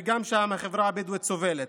וגם שם החברה הבדואית סובלת: